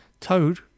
Toad